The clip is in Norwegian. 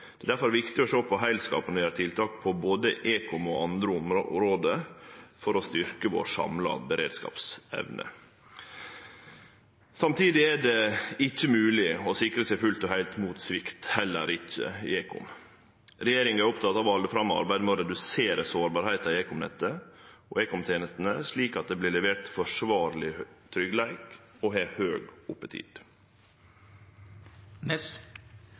Det er difor viktig å sjå på heilskapen og gjere tiltak på både ekom og andre område for å styrkje den samla beredskapsevna vår. Samtidig er det ikkje mogleg å sikre seg fullt og heilt mot svikt, heller ikkje i ekom. Regjeringa er oppteken av å halde fram med arbeidet med å redusere sårbarheita i ekomnettet og ekomtenestene, slik at det blir levert forsvarleg tryggleik og høg